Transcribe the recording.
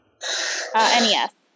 NES